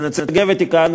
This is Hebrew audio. לנציגי הוותיקן,